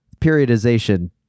periodization